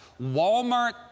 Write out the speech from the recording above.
Walmart